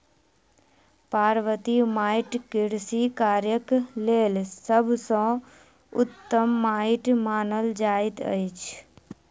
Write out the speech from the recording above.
पर्वतीय माइट कृषि कार्यक लेल सभ सॅ उत्तम माइट मानल जाइत अछि